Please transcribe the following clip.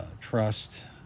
trust